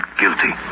guilty